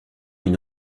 une